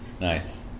Nice